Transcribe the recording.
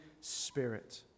Spirit